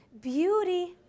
beauty